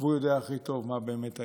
והוא יודע הכי טוב מה באמת היה.